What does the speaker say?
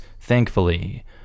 thankfully